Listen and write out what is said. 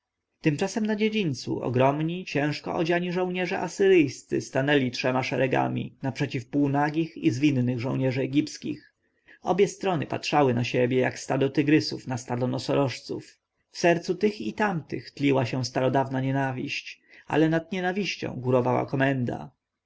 tymczasem na dziedzińcu ogromni ciężko odziani żołnierze asyryjscy stanęli trzema szeregami naprzeciw półnagich i zwinnych żołnierzy egipskich obie strony patrzyły na siebie jak stado tygrysów na stado nosorożców w sercu tych i tamtych tliła się starodawna nienawiść ale nad nienawiścią górowała komenda